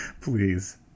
please